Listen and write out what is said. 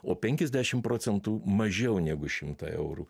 o penkiasdešim procentų mažiau negu šimtą eurų